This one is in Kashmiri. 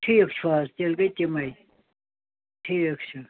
ٹھیٖک چھُ حظ تیٚلہِ گٔے تِمٔے ٹھیٖک چھُ